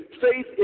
faith